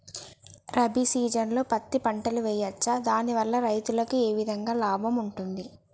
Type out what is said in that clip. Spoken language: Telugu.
రబీ సీజన్లో పత్తి పంటలు వేయచ్చా దాని వల్ల రైతులకు ఏ విధంగా లాభం ఉంటది?